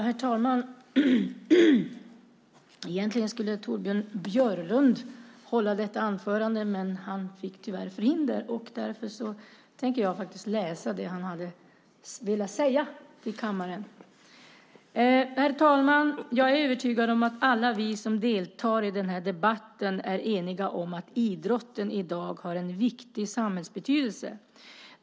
Herr talman! Egentligen skulle Torbjörn Björlund hålla detta anförande, men han fick tyvärr förhinder. Därför tänker jag faktiskt läsa upp det som han hade tänkt säga till kammaren. Herr talman! Jag är övertygad om att alla vi som deltar i denna debatt är eniga om att idrotten i dag har en stor betydelse för samhället.